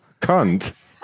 Cunt